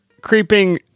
creeping